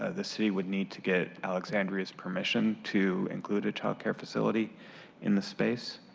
ah the city would need to get alexandria's permission to include a childcare facility in the space.